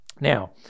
Now